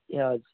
ए हजुर